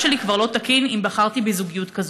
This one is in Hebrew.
שלי כבר לא תקין אם בחרתי בזוגיות כזו.